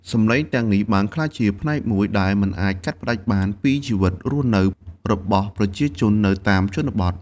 សំឡេងទាំងនេះបានក្លាយជាផ្នែកមួយដែលមិនអាចកាត់ផ្ដាច់បានពីជីវិតរស់នៅរបស់ប្រជាជននៅតាមជនបទ។